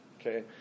Okay